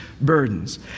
burdens